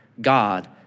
God